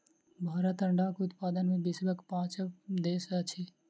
भारत अंडाक उत्पादन मे विश्वक पाँचम देश अछि